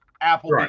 Apple